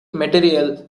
material